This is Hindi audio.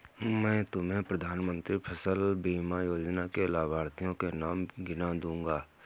मैं तुम्हें प्रधानमंत्री फसल बीमा योजना के लाभार्थियों के नाम गिना दूँगा